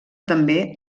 també